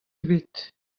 ebet